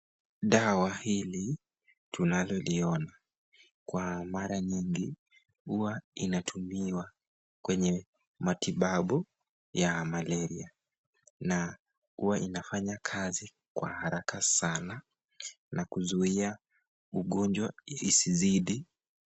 Dawa hili tunaloliona kwa mara nyingi huwa inatumiwa kwenye matibabu ya malaria na huwa inafanya kazi kwa haraka sana na kuzuia ugonjwa usizidi.